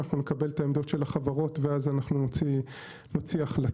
נקבל את העמדות של החברות ואז נוציא החלטה.